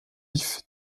vif